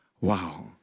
Wow